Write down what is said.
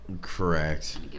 correct